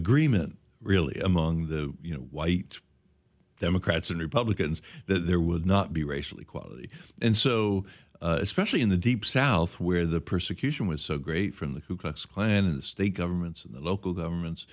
agreement really among the you know white democrats and republicans that there would not be racial equality and so especially in the deep south where the persecution was so great from the ku klux klan and the state governments and the local governments